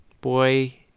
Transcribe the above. Boy